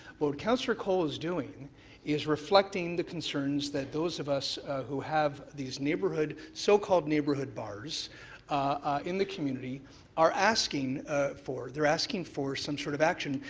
but what councillor colle is doing is reflecting the concerns that those of us who have these neighborhood so-called neighborhood bars in this community are asking for. they're asking for some sort of action.